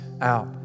out